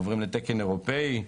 עוברים לתקן אירופאי,